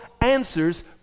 answers